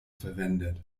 verwendet